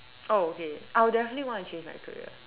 oh okay I'll definitely want to change my career